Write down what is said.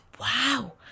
wow